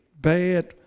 bad